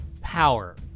power